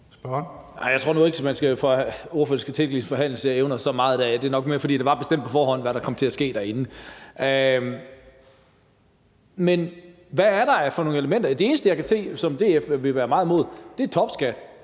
Jeg tror nu ikke, ordføreren skal tillægge sine forhandlingsevner så meget, det er nok mere, fordi det var bestemt på forhånd, hvad der kom til at ske derinde. Men hvad er der for nogle elementer? Det eneste, som jeg kan se DF vil være meget imod, er topskat.